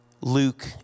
Luke